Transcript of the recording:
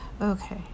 Okay